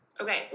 Okay